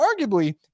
arguably